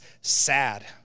sad